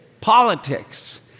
politics